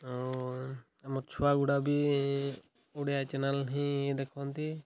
ଆମ ଛୁଆଗୁଡ଼ା ବି ଓଡ଼ିଆ ଚ୍ୟାନେଲ୍ ହିଁ ଦେଖନ୍ତି